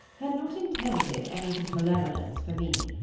had not intended any of his malevolence for me.